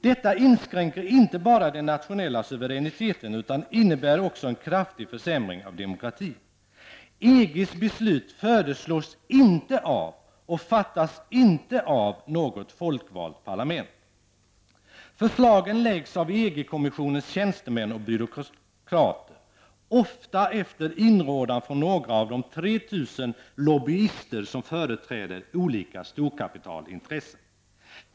Detta inskränker inte bara den nationella suveräniteten utan innebär också en kraftig försämring av demokratin. EGs beslut föreslås inte av, och fattas inte av, något folkvalt parlament. Förslagen läggs av EG-kommissionens tjänstemän och byråkrater -- ofta på inrådan av några av de 3 000 lobbyister som företräder olika storkapitalintressen.